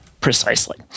Precisely